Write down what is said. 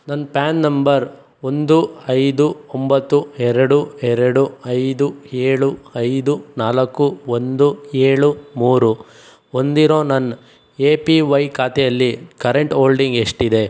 ನನ್ನ PAN number ಒಂದು ಐದು ಒಂಬತ್ತು ಎರಡು ಎರಡು ಐದು ಏಳು ಐದು ನಾಲ್ಕು ಒಂದು ಏಳು ಮೂರು ಹೊಂದಿರೋ ನನ್ನ ಎ ಪಿ ವೈ ಖಾತೆಯಲ್ಲಿ ಕರೆಂಟ್ ಹೋಲ್ಡಿಂಗ್ ಎಷ್ಟಿದೆ